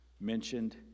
mentioned